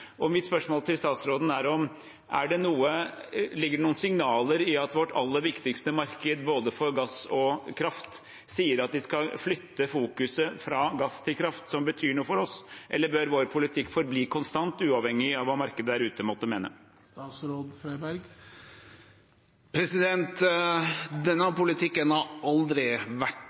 Mitt spørsmål til statsråden er: Ligger det noen signaler i at vårt aller viktigste marked, både for gass og kraft, sier at de skal flytte fokuset fra gass til kraft, som betyr noe for oss, eller bør vår politikk forbli konstant, uavhengig av hva markedet der ute måtte mene? Denne politikken har aldri vært